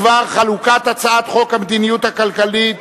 בדבר חלוקת הצעת חוק המדיניות הכלכלית,